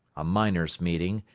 a miners' meeting,